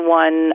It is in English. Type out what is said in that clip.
one